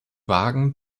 wagen